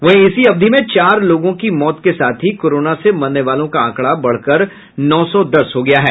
वहीं इसी अवधि में चार लोगों की मौत के साथ ही कोरोना से मरने वालों का आंकड़ा बढ़कर नौ सौ दस हो गया है